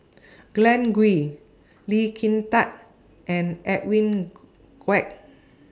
Glen Goei Lee Kin Tat and Edwin Koek